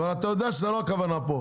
אבל אתה יודע שזו לא הכוונה פה.